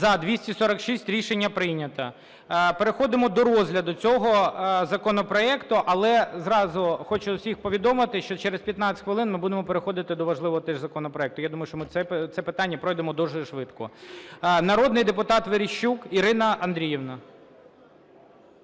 За-246 Рішення прийнято. Переходимо до розгляду цього законопроекту, але зразу хочу усіх повідомити, що через 15 хвилин ми будемо переходити до важливого теж законопроекту. Я думаю, що ми це питання пройдемо дуже швидко. Народний депутат Верещук Ірина Андріївна.